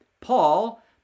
Paul